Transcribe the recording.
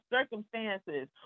circumstances